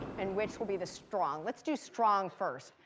and which will be the strong? let's do strong first.